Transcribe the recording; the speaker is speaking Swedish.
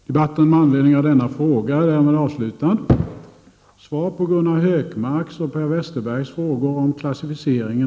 De socialdemokratiska ledamöterna i riksdagens näringsutskott har krävt att de tio till femton största svenska företagen skall klassas som nationella säkerhetsintressen i den svenska förvärvslagstiftningen.